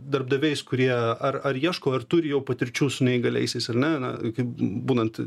darbdaviais kurie ar ar ieško ar turi patirčių su neįgaliaisiais ar ne na kaip būnant